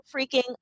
freaking